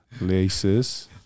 Laces